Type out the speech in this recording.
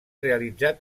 realitzat